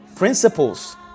principles